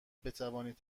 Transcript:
بتوانید